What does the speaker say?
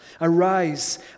Arise